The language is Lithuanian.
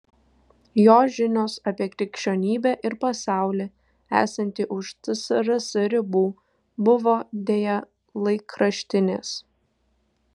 jo žinios apie krikščionybę ir pasaulį esantį už tsrs ribų buvo deja laikraštinės